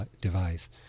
device